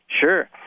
Sure